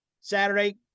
Saturday